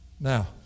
Now